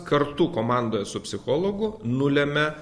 kartu komandoje su psichologu nulemia